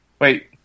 Wait